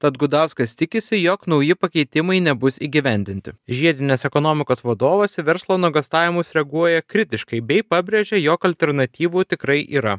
tad gudauskas tikisi jog nauji pakeitimai nebus įgyvendinti žiedinės ekonomikos vadovas į verslo nuogąstavimus reaguoja kritiškai bei pabrėžia jog alternatyvų tikrai yra